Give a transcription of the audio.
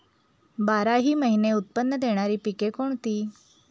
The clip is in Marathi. बाराही महिने उत्त्पन्न देणारी पिके कोणती?